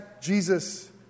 Jesus